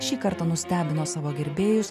šį kartą nustebino savo gerbėjus